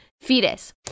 fetus